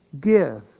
Give